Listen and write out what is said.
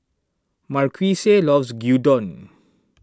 Marquise loves Gyudon